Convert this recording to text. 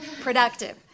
productive